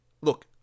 Look